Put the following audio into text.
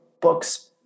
Books